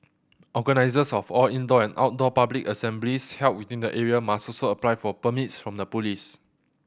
organisers of all indoor and outdoor public assemblies held within the area must also apply for permits from the police